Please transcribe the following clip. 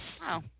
Wow